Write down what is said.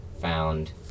found